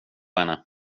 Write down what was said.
henne